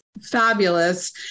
fabulous